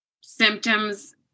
symptoms